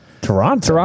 Toronto